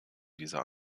dieser